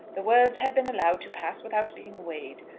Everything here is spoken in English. the words had been allowed to pass without being weighed.